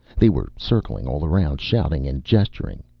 they were circling all around, shouting and gesturing.